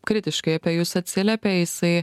kritiškai apie jus atsiliepė jisai